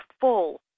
full